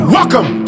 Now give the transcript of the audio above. Welcome